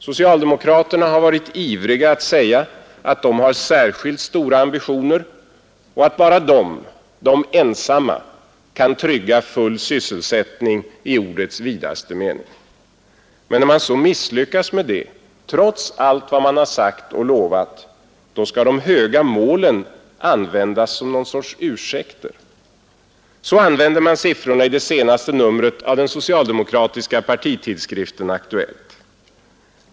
Socialdemokraterna har varit ivriga att säga att de har särskilt stora ambitioner, att bara de — och de ensamma — kan trygga full sysselsättning i ordets vidaste mening. Men när man så misslyckas med detta, trots allt vad man sagt och lovat, då skall de höga målen tjäna som ursäkter. Så använder man t.ex. siffrorna i det senaste numret av den socialdemokratiska partitidningen Aktuellt.